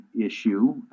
issue